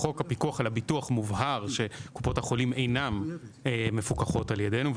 בחוק הפיקוח על הביטוח מובהר שקופות החולים אינן מפוקחות על ידינו,